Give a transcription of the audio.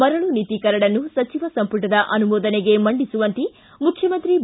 ಮರಳು ನೀತಿ ಕರಡನ್ನು ಸಚಿವ ಸಂಪುಟದ ಅನುಮೋದನೆಗೆ ಮಂಡಿಸುವಂತೆ ಮುಖ್ಯಮಂತ್ರಿ ಬಿ